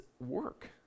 work